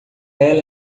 ela